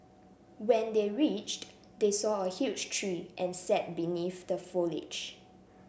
when they reached they saw a huge tree and sat beneath the foliage